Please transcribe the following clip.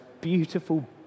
beautiful